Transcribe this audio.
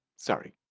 sorry.